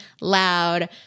loud